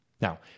Now